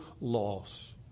loss